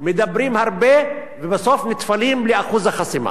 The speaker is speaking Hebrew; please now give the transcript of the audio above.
מדברים הרבה ובסוף נטפלים לאחוז החסימה,